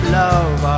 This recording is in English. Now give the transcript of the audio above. love